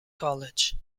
college